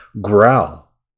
growl